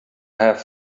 have